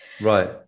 Right